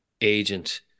agent